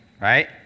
right